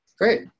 Great